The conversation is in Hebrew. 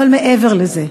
אבל מעבר לזה,